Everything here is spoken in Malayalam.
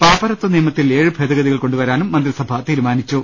പാപ്പരത്വ നിയമത്തിൽ ഏഴ് ഭേദഗതികൾ കൊണ്ടുവരാനും മന്ത്രിസഭ തീരുമാനിച്ചു